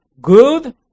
good